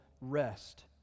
rest